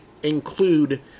include